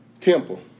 temple